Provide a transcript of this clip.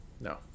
No